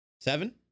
Seven